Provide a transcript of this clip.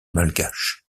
malgaches